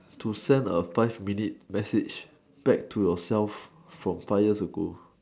to send a five minute message back to yourself from five years ago